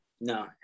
No